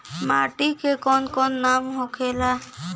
माटी के कौन कौन नाम होखे ला?